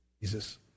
Jesus